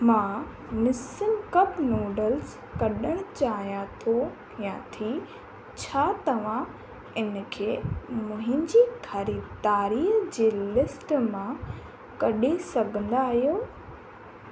मां Nissin cup noodles कढण चाहियां थो या थी छा तव्हां इनखे मुंहिंजी ख़रीदारी जी लिस्ट मां कढी सघंदा आहियो